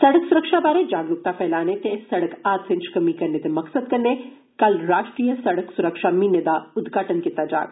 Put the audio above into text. सड़क सुरक्षा बारै जागरुकता फैलाने ते सड़क हादसे च कमी करने दे मकसद कन्नै कल राष्ट्रीय सड़क सुरक्षा म्हीने दा उदघाटन कीता जाग